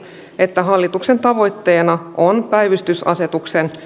että hallituksen tavoitteena on päivystysasetuksen